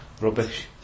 rubbish